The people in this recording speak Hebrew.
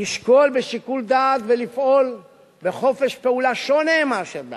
לשקול בשיקול דעת ולפעול בחופש פעולה שונה מאשר בעבר.